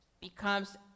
becomes